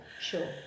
sure